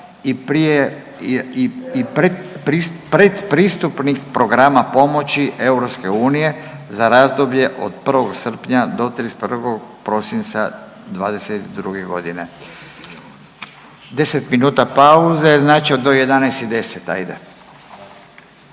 i predpristupnih programa pomoći EU za razdoblje od 1. srpnja do 31. prosinca 2022. godine. Molim glasujmo. Utvrđujem